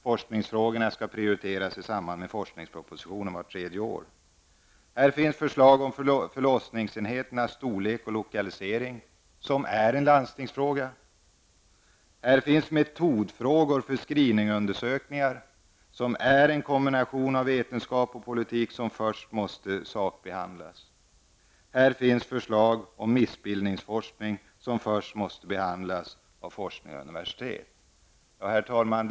Forskningsfrågorna skall prioriteras i samband med regeringens forskningsproposition vart tredje år. Här finns förslag om förlossningsenheternas storlek och lokalisering -- något som är en landstingsfråga. Här finns metodfrågor beträffande screeningundersökningar -- något som är en kombination av vetenskap och politik och som först måste sakbehandlas. Här finns förslag om missbildningsforskning -- något som först måste behandlas av forskningen och universiteten. Herr talman!